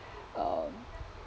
um